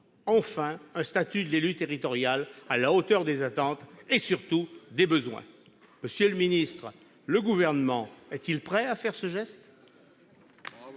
enfin, un statut de l'élu territorial à la hauteur des attentes et, surtout, des besoins. Monsieur le ministre, le Gouvernement est-il prêt à faire ce geste ?